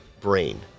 brain